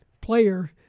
player